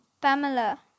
Pamela